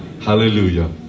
Hallelujah